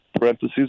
parentheses